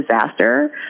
disaster